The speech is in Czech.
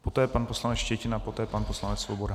Poté pan poslanec Štětina, poté pan poslanec Svoboda.